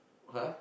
!huh!